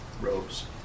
robes